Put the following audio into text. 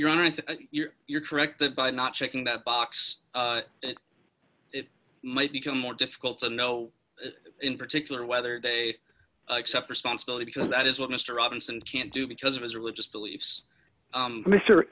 think you're you're correct that by not checking that box it might become more difficult to know in particular whether they accept responsibility because that is what mr robinson can't do because of his religious beliefs mr mr